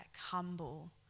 humble